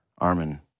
Armin